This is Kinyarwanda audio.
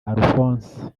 alphonse